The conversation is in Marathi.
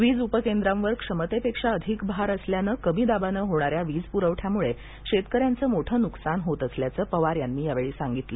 वीज उपकेंद्रावर क्षमतेपेक्षा अधिक भार असल्याने कमी दाबाने होणा या वीजपुरवठ्यामुळे शेतकऱ्यांचं मोठे नुकसान होत असल्याचं पवार यांनी यावेळी सांगितलं